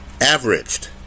averaged